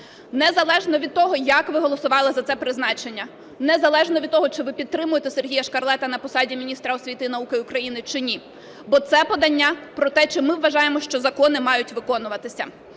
незалежно від того, як ви голосували за це призначення, незалежно від того, чи ви підтримуєте Сергія Шкарлета на посаді міністра освіти і науки України, чи ні, бо це подання про те, чи ми вважаємо, що закони мають виконуватися.